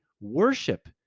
worship